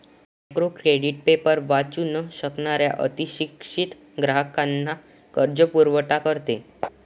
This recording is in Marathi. मायक्रो क्रेडिट पेपर वाचू न शकणाऱ्या अशिक्षित ग्राहकांना कर्जपुरवठा करते